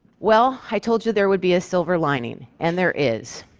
well, i told you there would be a silver lining, and there is.